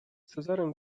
cezarym